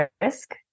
risk